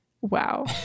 wow